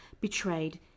betrayed